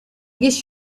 guess